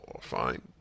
Fine